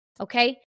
Okay